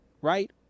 Right